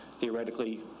theoretically